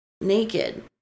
naked